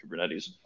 Kubernetes